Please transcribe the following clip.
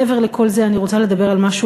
מעבר לכל זה אני רוצה לדבר על משהו